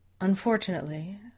Unfortunately